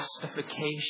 justification